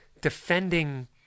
defending